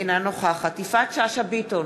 אינו נוכח יפעת שאשא ביטון,